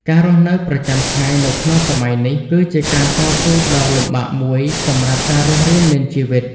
ការរស់នៅប្រចាំថ្ងៃនៅក្នុងសម័យនេះគឺជាការតស៊ូដ៏លំបាកមួយសម្រាប់ការរស់រានមានជីវិត។